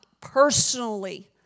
personally